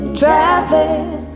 traveling